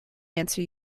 answer